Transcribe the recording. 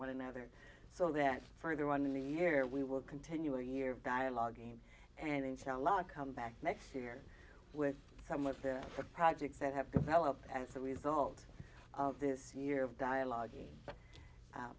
one another so that further on in the year we will continue our year dialogue aim an inch a lot come back next year with some of the projects that have developed as a result this year of dialogue